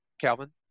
Calvin